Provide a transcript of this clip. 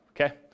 okay